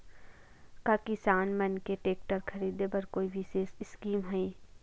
का किसान मन के टेक्टर ख़रीदे बर कोई विशेष स्कीम हे?